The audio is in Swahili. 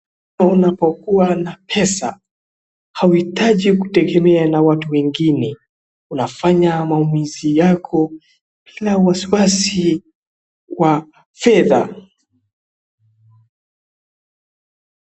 Unapokuwa na pesa, hauhitaji kutegemewa na watu wengine. Unafanya maumizi yako, bila wasiwasi ya fedha.